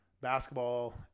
basketball